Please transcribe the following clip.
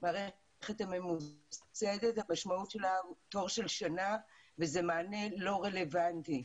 למערכת הממוסדת היא תור של שנה וזה מענה לא רלוונטי.